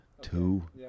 two